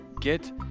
get